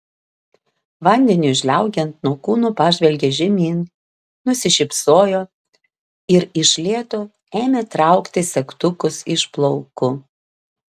vandeniui žliaugiant nuo kūno pažvelgė žemyn nusišypsojo ir iš lėto ėmė traukti segtukus iš plaukų